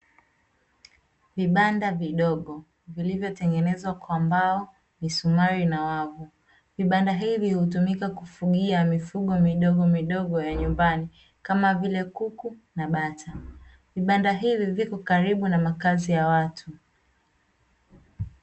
Vibanda vidogo vilivotengenezwa kwa mbao, misumari na wavu. Vibanda hivi hutumika kufugia mifugo midogomidogo ya nyumbani, kama vile kuku na bata, vibanda hivi vipo karibu na makazi ya watu.